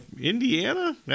Indiana